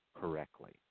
correctly